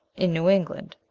in new england,